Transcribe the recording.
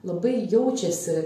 labai jaučiasi